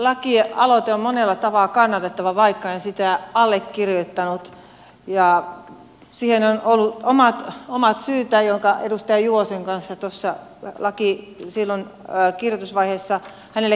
lakialoite on monella tavalla kannatettava vaikka en sitä allekirjoittanut ja siihen on ollut omat omaa syytä joka edustaa juosseen kanssa syyt jotka edustaja juvoselle tuossa kirjoitusvaiheessa kerroinkin